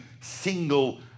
single